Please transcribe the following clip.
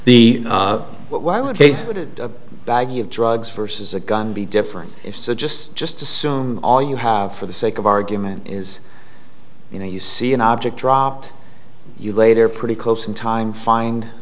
bag of drugs versus a gun be different if so just just assume all you have for the sake of argument is you know you see an object dropped you later pretty close in time find